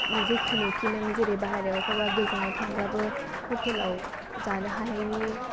जिखुनुकि नों जेरै बाहेराव अबावबा गोजानाव थांब्लाबो हटेलाव जानो हानायनि